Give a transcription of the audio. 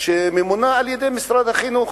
שממונה על-ידי משרד החינוך.